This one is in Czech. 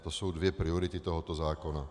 To jsou dvě priority tohoto zákona.